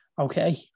Okay